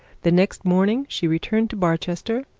the next morning she returned to barchester,